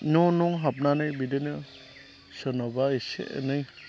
न'न' हाबनानै बिदिनो सोरनावबा एसे एनै